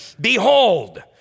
behold